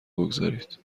بگذارید